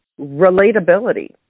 relatability